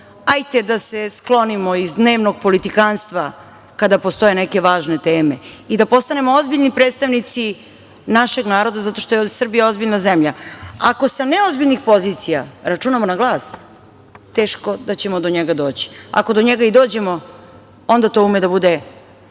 Hajde da se sklonimo iz dnevnog politikanstva kada postoje neke važne teme i da postanemo ozbiljni predstavnici našeg naroda zato što je Srbija ozbiljna zemlja. Ako sa neozbiljnih pozicija računamo na glas, teško da ćemo do njega doći. Ako do njega i dođemo, onda to ume da bude